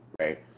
right